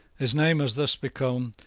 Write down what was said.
his name has thus become,